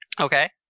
Okay